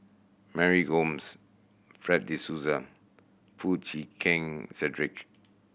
Mary Gomes Fred De Souza and Foo Chee Keng Cedric